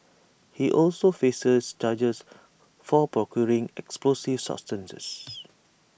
he also faces charges for procuring explosive substances